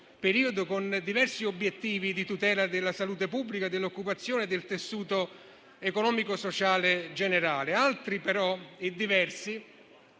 periodo, con diversi obiettivi di tutela della salute pubblica, dell'occupazione, del tessuto economico e sociale generale. Tuttavia, altri e diversi